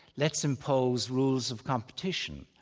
let's impose rules of competition,